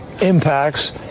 impacts